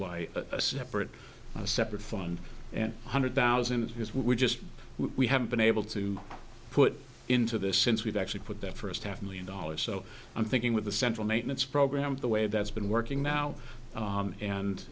why a separate separate fund and one hundred thousand is because we're just we haven't been able to put into this since we've actually put the first half million dollars so i'm thinking with the central maintenance program the way that's been working now